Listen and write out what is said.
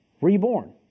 Reborn